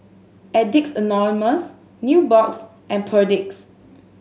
Addicts Anonymous Nubox and Perdix